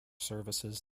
services